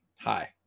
Hi